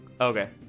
Okay